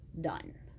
done